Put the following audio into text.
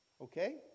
Okay